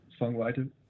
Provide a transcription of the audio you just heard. songwriter